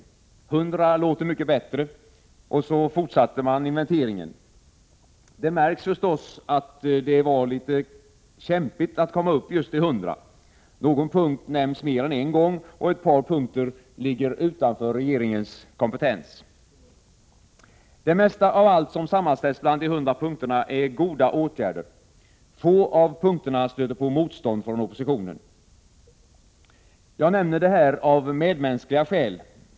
100 låter mycket bättre — och så fortsatte man inventeringen. Det märks förstås att det var litet kämpigt att komma upp just till 100. Någon punkt nämns mer än en gång och ett par punkter ligger utanför regeringens kompetens. Det mesta av allt som sammanställts bland de 100 punkterna är goda åtgärder. Få av punkterna stöter på motstånd från oppositionen. Jag nämner det här av medmänskliga skäl.